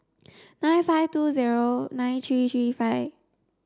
nine five two zero nine three three five